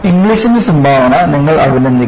ഇംഗ്ലിസിന്റെ സംഭാവന നിങ്ങൾ അഭിനന്ദിക്കണം